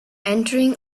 entering